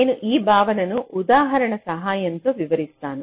నేను ఈ భావనను ఉదాహరణ సహాయంతో వివరిస్తాను